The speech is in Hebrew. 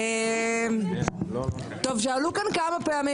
שאלו כאן כמה פעמים,